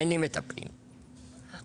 אין לי מטפל עבורך,